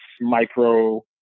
micro